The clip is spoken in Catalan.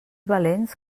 valents